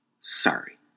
Sorry